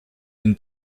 den